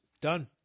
Done